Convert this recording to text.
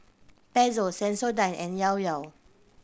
Pezzo Sensodyne and Llao Llao